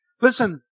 listen